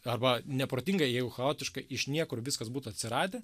arba neprotingai jau chaotiškai iš niekur viskas būtų atsiradę